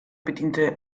bediente